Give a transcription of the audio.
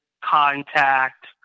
contact